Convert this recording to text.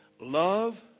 Love